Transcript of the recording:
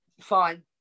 fine